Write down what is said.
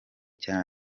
cya